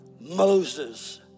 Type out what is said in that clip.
Moses